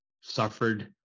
suffered